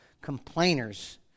complainers